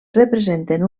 representen